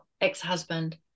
ex-husband